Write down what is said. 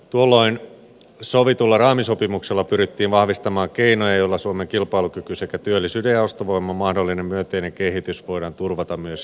tuolloin sovitulla raamisopimuksella pyrittiin vahvistamaan keinoja joilla suomen kilpailukyky sekä työllisyyden ja ostovoiman mahdollinen myönteinen kehitys voidaan turvata myös jatkossa